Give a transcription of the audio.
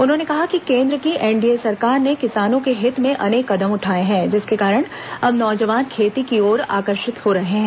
उन्होंने कहा कि केंद्र की एनडीए सरकार ने किसानों के हित में अनेक कदम उठाए हैं जिसके कारण अब नौजवान खेती की ओर आकर्षित हो रहे हैं